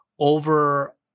over